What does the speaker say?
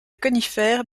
conifères